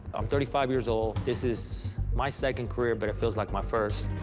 i'm thirty five years-old, this is my second career but it feels like my first.